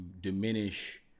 diminish